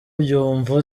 ubyumva